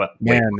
Man